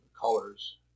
colors